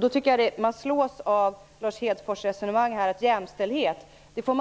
Då slås man av Lars Hedfors resonemang här att man